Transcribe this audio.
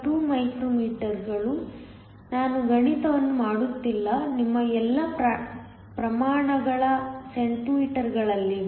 2 micro ಮೀಟರ್ಗಳು ನಾನು ಗಣಿತವನ್ನು ಮಾಡುತ್ತಿಲ್ಲ ನಿಮ್ಮ ಎಲ್ಲಾ ಪ್ರಮಾಣಗಳು ಸೆಂಟಿಮೀಟರ್ಗಳಲ್ಲಿವೆ